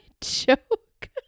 joke